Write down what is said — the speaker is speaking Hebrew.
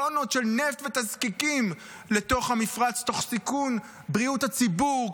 טונות של נפט ותזקיקים לתוך המפרץ תוך סיכון בריאות הציבור,